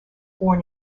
born